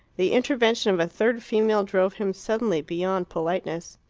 the intervention of a third female drove him suddenly beyond politeness.